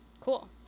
cool